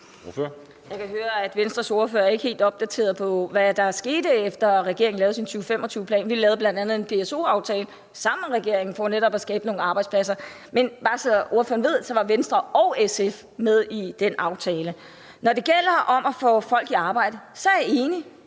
Jeg kan høre, at Venstres ordfører ikke er helt opdateret på, hvad der skete, efter regeringen lavede sin 2025-plan. Vi lavede bl.a. en PSO-aftale sammen med regeringen for netop at skabe nogle arbejdspladser, og Venstre og SF var med i den aftale – bare så ordføreren ved det. Når det gælder om at få folk i arbejde, er jeg enig.